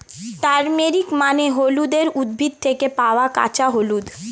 turmeric মানে হলুদের উদ্ভিদ থেকে পাওয়া কাঁচা হলুদ